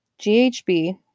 GHB